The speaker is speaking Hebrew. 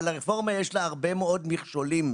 אבל הרפורמה יש לה הרבה מאוד מכשולים.